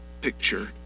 picture